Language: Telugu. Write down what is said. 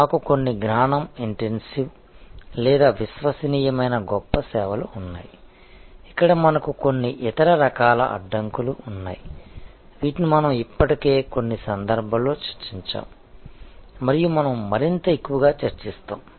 మాకు కొన్ని జ్ఞానం ఇంటెన్సివ్ లేదా విశ్వసనీయమైన గొప్ప సేవలు ఉన్నాయి ఇక్కడ మనకు కొన్ని ఇతర రకాల అడ్డంకులు ఉన్నాయి వీటిని మనం ఇప్పటికే కొన్ని సందర్భాల్లో చర్చించాము మరియు మనం మరింత ఎక్కువగా చర్చిస్తాము